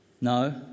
No